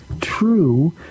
true